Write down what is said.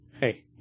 Hey